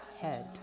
head